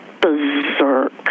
berserk